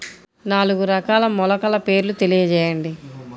నాలుగు రకాల మొలకల పేర్లు తెలియజేయండి?